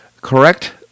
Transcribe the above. correct